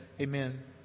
Amen